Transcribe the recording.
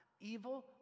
Evil